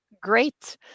great